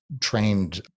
trained